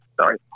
Sorry